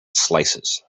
slices